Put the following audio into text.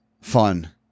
fun